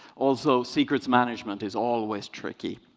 also, secrets management is always tricky.